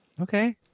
Okay